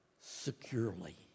securely